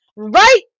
Right